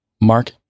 Mark